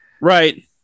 Right